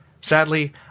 Sadly